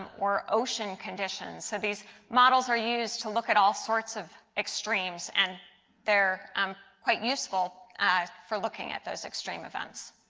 or ocean conditions. so these models are used to look at all sorts of extremes and they are um quite useful for looking at those extreme events.